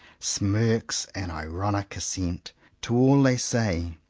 smirks an ironic assent to all they say,